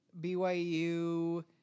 BYU